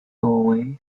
doorway